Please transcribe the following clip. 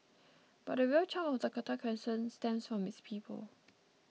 but the real charm of Dakota Crescent stems from its people